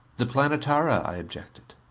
the planetara, i objected,